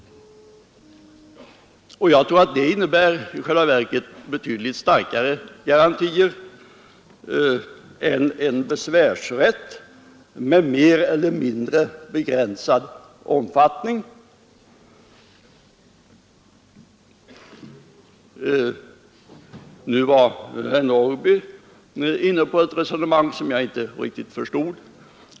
Jag tror att det i själva verket innebär betydligt starkare garantier än en besvärsrätt med mer eller mindre begränsad omfattning. Herr Norrby i Åkersberga var inne på ett resonemang som jag inte riktigt förstod.